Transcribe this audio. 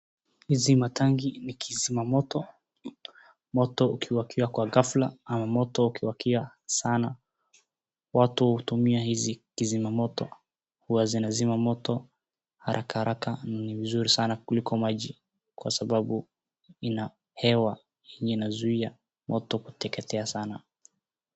Hizi matangi ni kizima moto, moto ukiwaka kwa ghafla ama moto ukiwaka sana, watu hutumia hizi kizima moto, huwa zinazima moto haraka haraka na ni mzuri sana kuliko maji kwa sababu ina hewa yenye inazuia moto kuteketea sana.